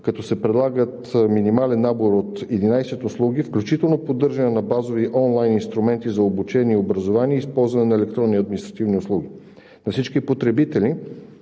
като се предлагат минимален набор от 11 услуги, включително поддържане на базови онлайн инструменти за обучение и образование, и използване на електронни административни услуги. На всички потребители